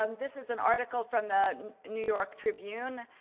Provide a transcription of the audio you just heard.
um this is an article from the new york tribune,